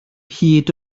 hyd